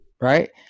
right